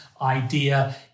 idea